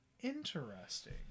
Interesting